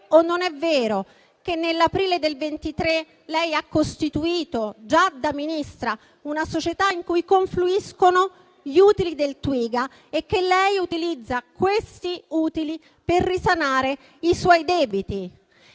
o non è vero che nell'aprile del 2023, già da Ministra, ha costituito una società in cui confluiscono gli utili del Twiga e che utilizza quegli utili per risanare i suoi debiti.